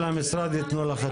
המשרד יתנו לך תשובה.